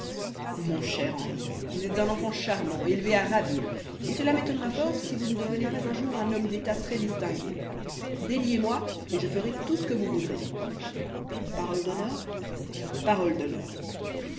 mon cher henri vous êtes un enfant charmant élevé à ravir et cela m'étonnera fort si vous ne devenez pas un jour un homme d'état très distingué déliez moi et je ferai tout ce que vous voudrez parole d'honneur parole d'honneur